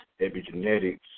epigenetics